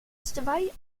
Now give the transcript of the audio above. zwei